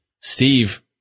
Steve